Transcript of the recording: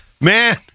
man